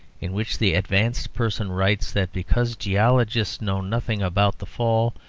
in which the advanced person writes that because geologists know nothing about the fall,